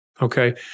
Okay